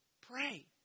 Pray